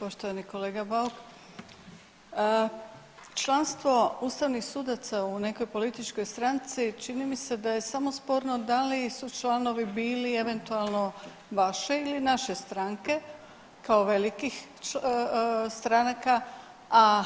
Poštovani kolega Bauk, članstvo ustavnih sudaca u nekoj političkoj stranici čini mi se da je samo sporno da li su članovi bili eventualno vaše ili naše stranke kao velikih stranaka, a